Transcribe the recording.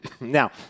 Now